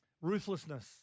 Ruthlessness